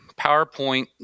PowerPoint